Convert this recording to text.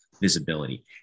visibility